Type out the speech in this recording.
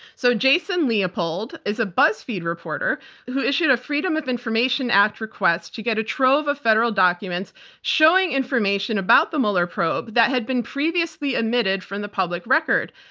so jason leopold is a buzzfeed reporter who issued a freedom of information act request to get a trove of federal documents showing information about the mueller probe that had been previously omitted from the public record.